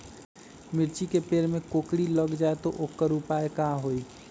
मिर्ची के पेड़ में कोकरी लग जाये त वोकर उपाय का होई?